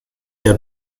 der